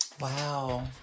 Wow